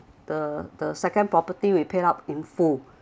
the the second property we paid up in full